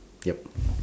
yup